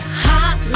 hot